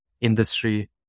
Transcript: industry